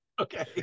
Okay